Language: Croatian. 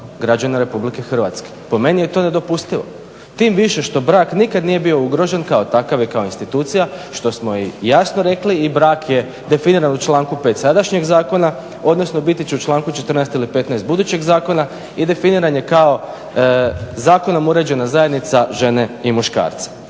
građana RH. Po meni je to nedopustivo, tim više što brak nikad nije bio ugrožen, kao takav je kao institucija, što smo i jasno rekli i brak je definiran u članku pet sadašnjeg zakona, odnosno biti će u članku 14. ili 15. budućeg zakona i definiran je kao zakonom uređena zajednica žene i muškarca.